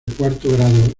cuarto